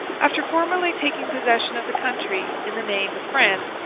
after formally taking possession of the country in the name of france,